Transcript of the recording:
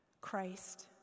christ